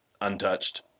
untouched